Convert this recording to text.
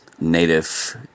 Native